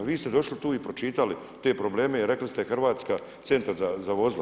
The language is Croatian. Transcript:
Vi ste došli tu i pročitali te probleme i rekli ste Hrvatska, centar za vozila.